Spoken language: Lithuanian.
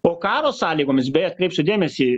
o karo sąlygomis beje atkreipsiu dėmesį